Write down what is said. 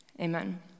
Amen